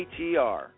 ATR